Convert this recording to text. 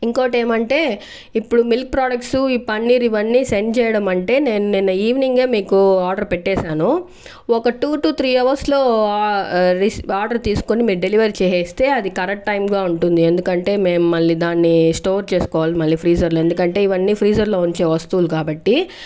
ఇంకోటి ఏమంటే ఇప్పుడు మిల్క్ ప్రొడక్ట్స్ ఈ పన్నీర్ ఇవన్నీ సెండ్ చెయ్యడం అంటే నిన్న ఈవెనింగ్ ఏ మీకు ఆర్డర్ పెట్టేశాను ఒక టు టు త్రీ హావర్స్ లో రిసీవ్ ఆర్డర్ తీసుకొని మీరు డెలివర్ చేసేస్తే అది కరెక్ట్ టైమ్ గా ఉంటుంది ఎందుకంటే మేము మళ్ళి దాన్ని స్టోర్ చేసుకోవాలి మళ్ళి ఫ్రీజర్ లో ఎందుకంటే ఇవన్నీ ఫ్రీజర్ లో ఉంచే వస్తువులు కాబట్టి